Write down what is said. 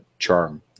Charm